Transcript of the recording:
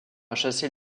chasser